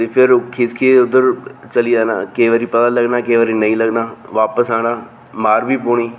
फिर खिसकी ऐ उद्धर चली जाना केईं बारी पता लग्गना केईं बारी नेईं लग्गना बापस औना मार बी पौनी